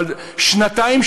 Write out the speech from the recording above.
אבל שנתיים,